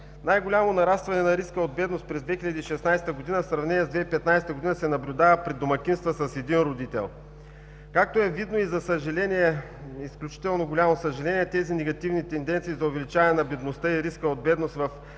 Най-голямо нарастване на риска от бедност през 2016 г., в сравнение с 2015 г., се наблюдава при домакинствата с един родител. Както е видно, за съжаление, с изключително голямо съжаление тези негативни тенденции за увеличаване на бедността и риска от бедност в